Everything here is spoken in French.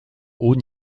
haut